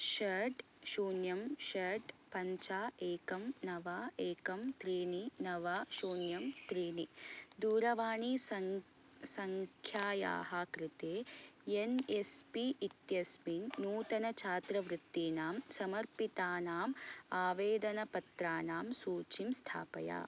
षट् शून्यं षट् पञ्च एकं नव एकं त्रीणि नव शून्यं त्रीणि दूरवाणी सङ्क् संख्यायाः कृते एन् एस् पी इत्यस्मिन् नूतनछात्रवृत्तीनां समर्पितानाम् आवेदनपत्राणां सूचिं स्थापय